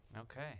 okay